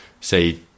say